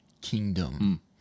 kingdom